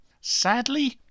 Sadly